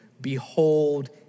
Behold